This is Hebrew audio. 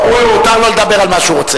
מותר לו לדבר על מה שהוא רוצה.